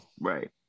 right